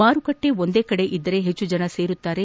ಮಾರುಕಟ್ಟೆ ಒಂದೇ ಕಡೆ ಇದ್ದರೆ ಹೆಚ್ಚು ಜನ ಸೇರುತ್ತಾರೆ